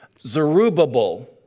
Zerubbabel